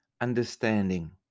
understanding